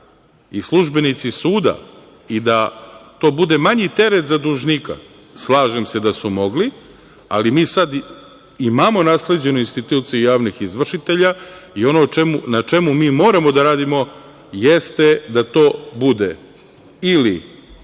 i službenici suda i da to bude manji teret za dužnika? Slažem se da su mogli, ali mi sad imamo nasleđenu instituciju javnih izvršitelja i ono na čemu mi moramo da radimo jeste da to bude ili